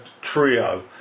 trio